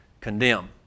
condemn